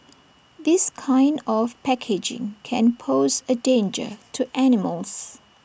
this kind of packaging can pose A danger to animals